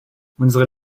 unsere